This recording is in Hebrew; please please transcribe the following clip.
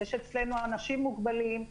יש אצלנו אנשים מוגבלים.